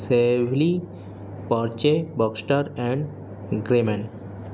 سیلی پارچے Baxter and گرے مین